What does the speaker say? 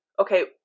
Okay